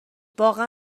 واقعا